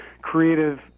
creative